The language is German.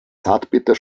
zartbitter